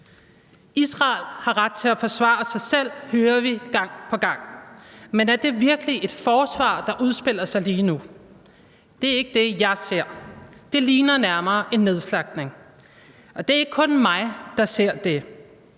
Israel har ret til at forsvare sig selv, hører vi gang på gang. Men er det virkelig et forsvar, der udspiller sig lige nu? Det er ikke det, jeg ser. Det ligner nærmere en nedslagtning. Og det er ikke kun mig, der ser det.